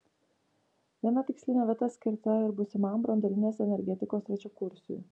viena tikslinė vieta skirta ir būsimam branduolinės energetikos trečiakursiui